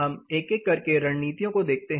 हम एक एक करके रणनीतियों को देखते हैं